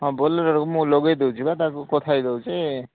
ହଁ ବୋଲେରଟାକୁ ମୁଁ ଲଗେଇ ଦେଉଛି ବା ତାକୁ କଥା ହୋଇଯାଉଛି